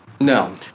No